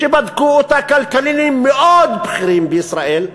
שבדקו אותה כלכלנים מאוד בכירים בישראל,